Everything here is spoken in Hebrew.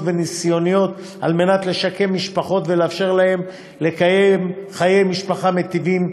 ובניסיונות לשקם משפחות ולאפשר להן לקיים חיי משפחה מיטיבים,